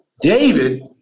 David